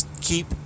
keep